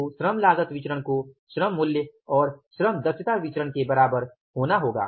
तो श्रम लागत विचरण को श्रम मूल्य और श्रम दक्षता विचरण के बराबर होना होगा